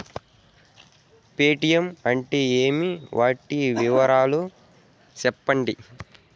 Paytm అంటే ఏమి, వాటి వివరాలు సెప్పండి?